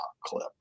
clip